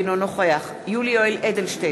אינו נוכח יולי יואל אדלשטיין,